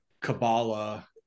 kabbalah